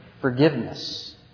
forgiveness